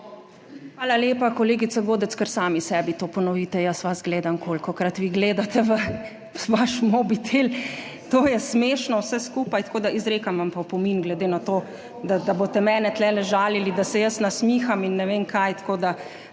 Hvala lepa, kolegica Godec, kar sami sebi to ponovite! Jaz vas gledam, kolikokrat vi gledate vaš mobitel, to je smešno. Izrekam vam opomin glede na to, da boste mene tule žalili, da se jaz nasmiham in ne vem kaj. Bomo kar